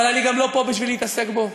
אבל אני גם לא פה בשביל להתעסק בו.